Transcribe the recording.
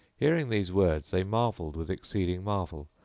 hearing these words they marvelled with exceeding marvel,